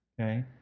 okay